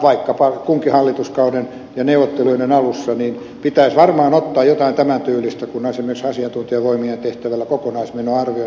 vaikkapa kunkin hallituskauden ja neuvottelujen alussa pitäisi varmaan ottaa jotain tämän tyylistä esimerkiksi asiantuntijavoimin tehtävällä kokonaismenoarvioinnilla eli spending reviewllä